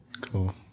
cool